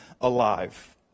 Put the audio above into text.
alive